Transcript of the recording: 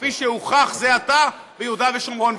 כפי שהוכח זה עתה ביהודה ושומרון,